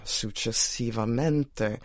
successivamente